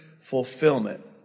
fulfillment